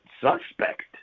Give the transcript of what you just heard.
suspect